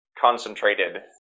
concentrated